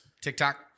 TikTok